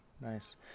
Nice